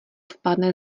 spadne